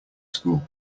school